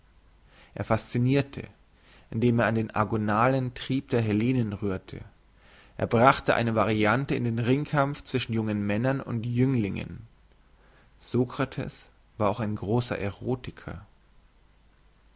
er fascinirte indem er an den agonalen trieb der hellenen rührte er brachte eine variante in den ringkampf zwischen jungen männern und jünglingen sokrates war auch ein grosser erotiker